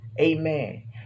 Amen